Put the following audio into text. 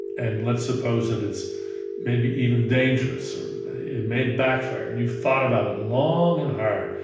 and let's suppose that it's maybe even dangerous it may backfire, and you've thought about it long and hard,